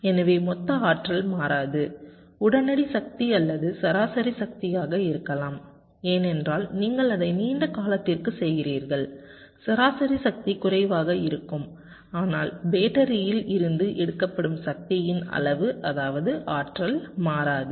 எனவே மொத்த ஆற்றல் மாறாது உடனடி சக்தி அல்லது சராசரி சக்தியாக இருக்கலாம் ஏனென்றால் நீங்கள் அதை நீண்ட காலத்திற்குச் செய்கிறீர்கள் சராசரி சக்தி குறைவாக இருக்கும் ஆனால் பேட்டரியில் இருந்து எடுக்கப்படும் சக்தியின் அளவு அதாவது ஆற்றல் மாறாது